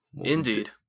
Indeed